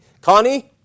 Connie